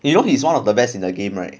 you know he's one of the best in the game right